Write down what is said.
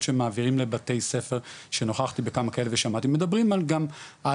שמעבירים לבתי ספר שנוכחתי בכמה כאלה ושמעתי מדברים גם על